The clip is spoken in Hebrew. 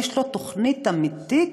יש לו תוכנית אמיתית?